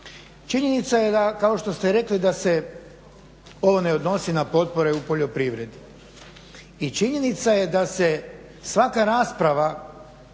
Činjenica je da kao što ste rekli da se ovo ne odnosi na potpore u poljoprivredi i činjenica je da se svaka rasprava